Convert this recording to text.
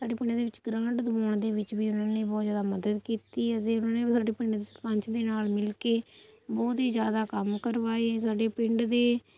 ਸਾਡੇ ਪਿੰਡ ਦੇ ਵਿੱਚ ਗ੍ਰਾਂਟ ਦਵਾਉਣ ਦੇ ਵਿੱਚ ਵੀ ਓਹਨਾਂ ਨੇ ਬਹੁਤ ਜ਼ਿਆਦਾ ਮਦਦ ਕੀਤੀ ਅਤੇ ਉਹਨਾਂ ਨੇ ਸਾਡੇ ਪਿੰਡ ਸਰਪੰਚ ਦੇ ਨਾਲ ਮਿਲ ਕੇ ਬਹੁਤ ਹੀ ਜ਼ਿਆਦਾ ਕੰਮ ਕਰਵਾਏ ਸਾਡੇ ਪਿੰਡ ਦੇ